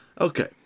Okay